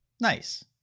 Nice